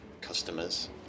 customers